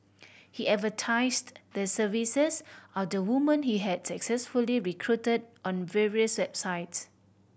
he advertised the services of the women he had successfully recruited on various website